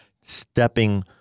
stepping